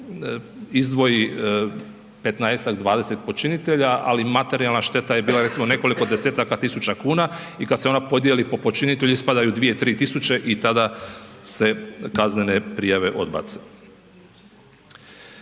izdvoji 15-ak, 20 počinitelja ali materijalna šteta je bila recimo nekoliko desetaka tisuća kuna i kad se ona podijeli po počinitelju, ispadaju 2, 3000 i tada se kaznene prijave odbace.